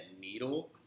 needle